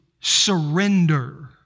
surrender